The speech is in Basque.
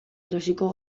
erosiko